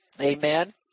Amen